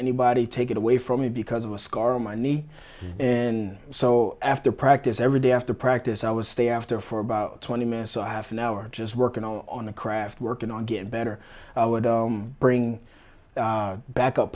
anybody take it away from me because of a scar on my knee in so after practice every day after practice i would stay after for about twenty minutes a half an hour just working on the craft working on getting better i would bring back up